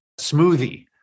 smoothie